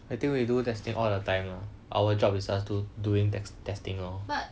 I think we do thing all the time lah our job is just do doing test testing lor